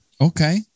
Okay